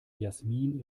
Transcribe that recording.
jasmin